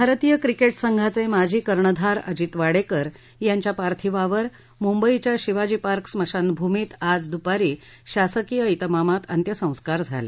भारतीय क्रिकेट संघाचे माजी कर्णधार अजित वाडेकर यांच्या पार्थिवावर मुंबईच्या शिवाजी पार्क स्मशानभूमीत आज दुपारी शासकीय त्रिमामात अंत्यसंस्कार झाले